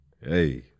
Hey